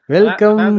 Welcome